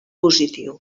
positiu